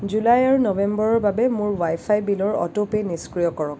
July আৰু নৱেম্বৰৰ বাবে মোৰ ৱাইফাই বিলৰ অ'টোপে নিষ্ক্ৰিয় কৰক